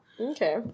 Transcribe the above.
Okay